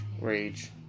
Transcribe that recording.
rage